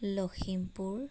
Lakhimpur